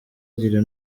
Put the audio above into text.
agira